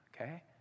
Okay